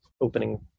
opening